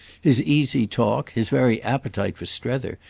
his easy talk, his very appetite for strether,